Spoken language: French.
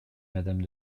madame